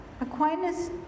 Aquinas